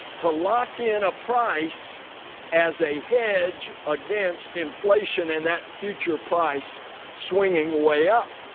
to lock in a price as a hedge against inflation and that future price swinging way up.